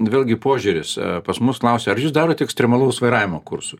vėlgi požiūris pas mus klausia ar jūs darot ekstremalaus vairavimo kursų